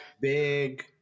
big